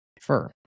fur